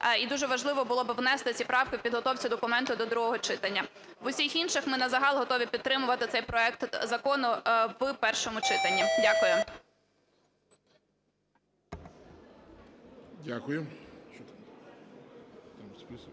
І дуже важливо було б внести ці правки у підготовці документа до другого читання. В усіх інших ми загал готові підтримувати цей проект закону в першому читанні. Дякую. Веде